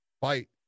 fight